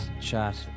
chat